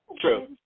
True